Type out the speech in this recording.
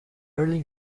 early